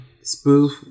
spoof